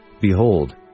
Behold